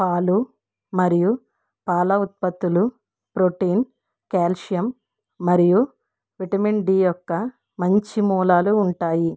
పాలు మరియు పాల ఉత్పత్తులు ప్రోటీన్ క్యాల్షియం మరియు విటమిన్ డి యొక్క మంచి మూలాలు ఉంటాయి